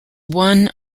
one